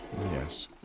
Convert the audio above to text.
Yes